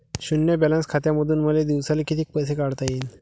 शुन्य बॅलन्स खात्यामंधून मले दिवसाले कितीक पैसे काढता येईन?